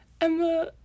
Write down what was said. Emma